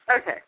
okay